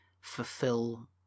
fulfill